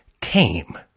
came